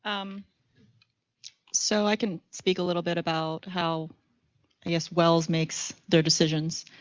um so, i can speak a little bit about how i guess wells makes their decisions.